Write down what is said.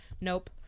nope